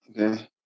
Okay